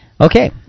Okay